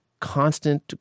constant